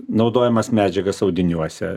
naudojamas medžiagas audiniuose